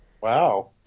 Wow